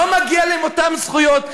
לא מגיעות אותן זכויות,